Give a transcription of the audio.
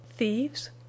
Thieves